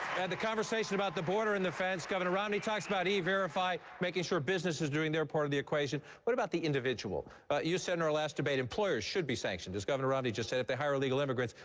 had the conversation about the border and the fence. governor romney talks about e-verify, making sure business is doing their part of the equation. what about the individual? but you said in our last debate employers should be sanctioned, as governor romney just said, if they hire illegal immigrants.